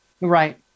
Right